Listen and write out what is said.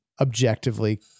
objectively